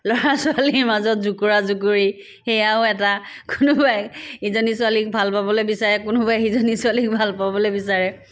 ল'ৰা ছোৱালী মাজত জোকোৰা জোকোৱী সেয়াও এটা কোনোবাই ইজনী ছোৱালীক ভাল পাবলৈ বিচাৰে কোনোবাই সিজনী ছোৱালীক ভাল পাবলৈ বিচাৰে